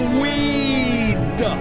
weed